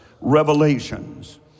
revelations